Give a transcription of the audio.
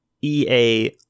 EA